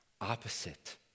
opposite